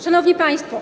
Szanowni Państwo!